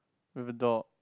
with a dog